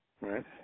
Right